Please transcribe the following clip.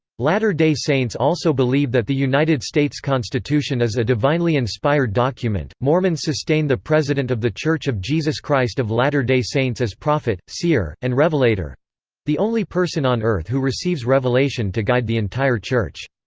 latter day saints also believe that the united states constitution is a divinely inspired document mormons sustain the president of the church of jesus christ of latter day saints as prophet, seer, and revelator the only person on earth who receives revelation to guide the entire church.